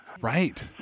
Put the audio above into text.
Right